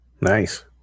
nice